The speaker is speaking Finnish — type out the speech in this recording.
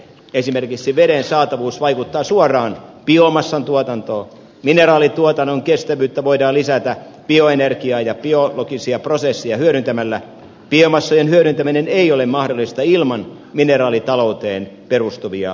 esimerkiksi veden saatavuus vaikuttaa suoraan biomassan tuotantoon mineraalituotannon kestävyyttä voidaan lisätä bioenergiaa ja biologisia prosesseja hyödyntämällä biomassojen hyödyntäminen ei ole mahdollista ilman mineraalitalouteen perustuvia laitteita